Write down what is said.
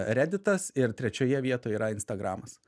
redditas ir trečioje vietoje yra instagramas